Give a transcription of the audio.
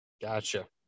Gotcha